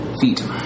feet